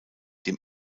dem